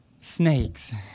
snakes